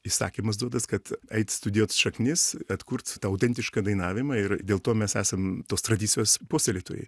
įsakymas duotas kad eit studijuot šaknis atkurt tą autentišką dainavimą ir dėl to mes esam tos tradicijos puoselėtojai